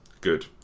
Good